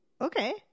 okay